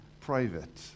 private